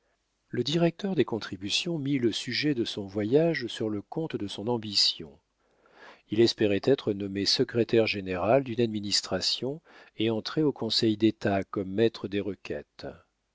le directeur des contributions mit le sujet de son voyage sur le compte de son ambition il espérait être nommé secrétaire général d'une administration et entrer au conseil-d'état comme maître des requêtes